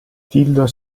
tildor